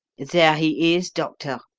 there he is, doctor,